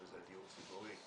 שזה דיור ציבורי,